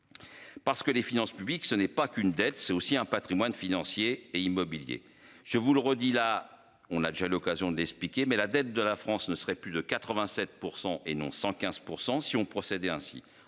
Parce que les finances publiques, ce n'est pas qu'une dette c'est aussi un Patrimoine financier et immobilier. Je vous le redis, là on a déjà l'occasion d'expliquer mais la dette de la France ne serait plus de 87% et non 115% si on procédé ainsi